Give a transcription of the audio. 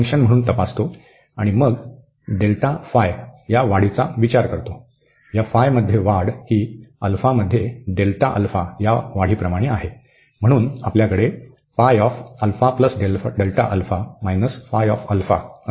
आणि मग या वाढीचा विचार करा या मध्ये वाढ ही मध्ये या वाढीप्रमाणे आहे म्हणून आपल्याकडे आहे